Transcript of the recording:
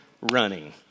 running